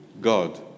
God